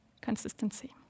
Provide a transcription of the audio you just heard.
consistency